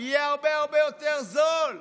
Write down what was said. יהיה הרבה הרבה יותר זול.